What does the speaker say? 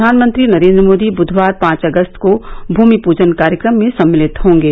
प्रधानमंत्री नरेंद्र मोदी बुधवार पांच अगस्त को भूमि पूजन कार्यक्रम में सम्मिलित होंगे